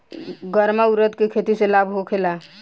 गर्मा उरद के खेती से लाभ होखे ला?